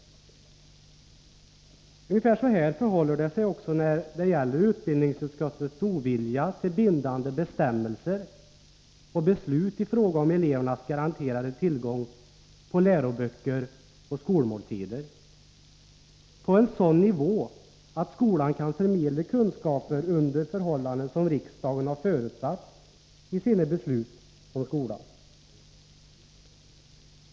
Ungefär så här förhåller det sig också när det gäller utbildningsutskottets ovilja till bindande bestämmelser och beslut i fråga om elevernas garanterade tillgång på läroböcker och skolmåltider, på en sådan nivå att skolan kan förmedla kunskaper under förhållanden som riksdagen har förutsatt i sina beslut om skolan.